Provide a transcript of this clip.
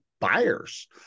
buyers